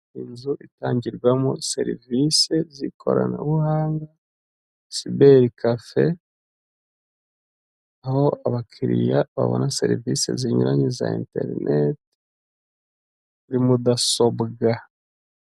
Inzu itangirwamo serivisi z'ikoranabuhanga siberi kafe, aho abakiriya babona serivisi zinyuranye za interineti, kuri mudasobwa.